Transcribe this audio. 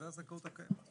זו הזכאות הקיימת.